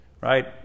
Right